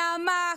נעמה,